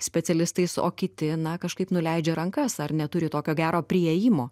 specialistais o kiti na kažkaip nuleidžia rankas ar neturi tokio gero priėjimo